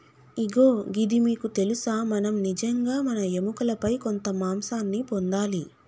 ఇగో గిది మీకు తెలుసా మనం నిజంగా మన ఎముకలపై కొంత మాంసాన్ని పొందాలి